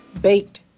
baked